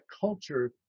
culture